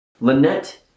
Lynette